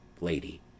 Lady